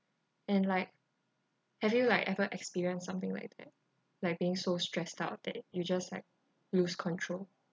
and like have you like ever experienced something like that like being so stressed out that you just like lose control